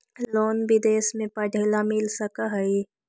Loan विदेश में पढ़ेला मिल सक हइ?